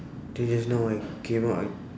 then just now I came out I